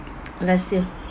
last year